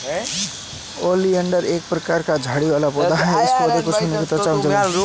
oleander एक प्रकार का झाड़ी वाला पौधा है इस पौधे को छूने से त्वचा में जलन होती है